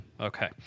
Okay